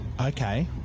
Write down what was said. Okay